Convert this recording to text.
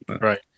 Right